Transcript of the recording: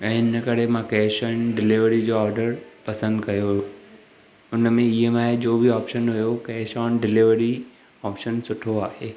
ऐं हिन करे मां कैश ओन डिलेवरी जो ऑडर पसंदि कयो हुन में ई एम आई जो बि ऑपशन हुओ कैश ओन डिलेवरी ऑपशन सुठो आहे